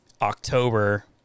October